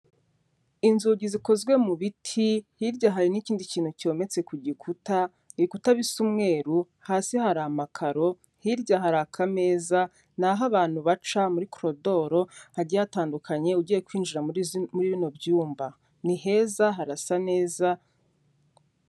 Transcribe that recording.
Inzugi zikozwe mu biti, hirya hari n'ikindi kintu cyometse ku gikuta, ibikuta bisa umweru, hasi hari amakaro, hirya hari akameza, ni aho abantu baca muri korodoro hagiye hatandukanye ugiye kwinjira muri bino byumba. Ni heza harasa neza,...